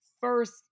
first